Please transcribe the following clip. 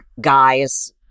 guys